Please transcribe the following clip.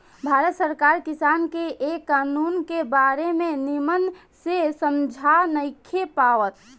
भारत सरकार किसान के ए कानून के बारे मे निमन से समझा नइखे पावत